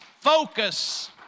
focus